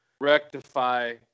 rectify